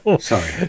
Sorry